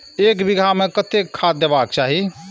एक बिघा में कतेक खाघ देबाक चाही?